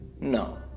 No